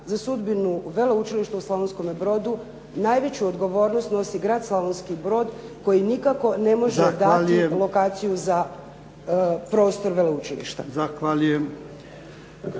za sudbinu veleučilišta u Slavonskome Brodu najveću odgovornost nosi Grad Slavonski Brod koji nikako ne može dati lokaciju za prostor veleučilišta.